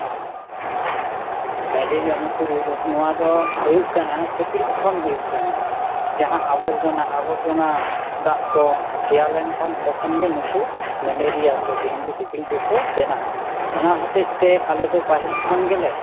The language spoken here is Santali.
ᱢᱮᱞᱮᱨᱤᱭᱟ ᱱᱚᱣᱟ ᱫᱚ ᱦᱩᱭᱩᱜ ᱠᱟᱱᱟ ᱥᱤᱠᱬᱤᱡ ᱠᱷᱚᱱ ᱦᱩᱭᱩᱜ ᱠᱟᱱᱟ ᱡᱟᱦᱟᱸ ᱟᱵᱚᱨᱡᱚᱱᱟ ᱟᱵᱚᱨᱡᱚᱱᱟ ᱫᱟᱜ ᱠᱚ ᱥᱮᱭᱟ ᱞᱮᱱᱠᱷᱟᱱ ᱚᱸᱰᱮ ᱠᱷᱚᱱᱜᱮ ᱱᱩᱠᱩ ᱢᱮᱞᱮᱨᱤᱭᱟ ᱥᱮ ᱰᱮᱝᱜᱩ ᱥᱤᱠᱬᱤᱡ ᱫᱚᱠᱚ ᱵᱮᱱᱟᱜᱼᱟ ᱚᱱᱟ ᱦᱚᱛᱮᱡᱛᱮ ᱟᱞᱮ ᱫᱚ ᱯᱟᱹᱦᱤᱞ ᱠᱷᱚᱱ ᱜᱮᱞᱮ